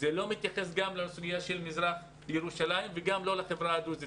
וזה לא מתייחס לסוגיה של מזרח ירושלים וגם לא לחברה הדרוזית.